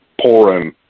pouring